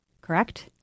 correct